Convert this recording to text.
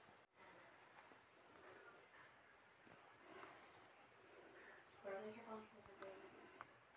మొక్కల్లో జీవనం విధానం లో సీ.ఓ రెండు పాత్ర ఏంటి?